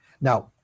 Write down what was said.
now